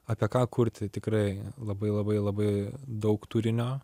apie ką kurti tikrai labai labai labai daug turinio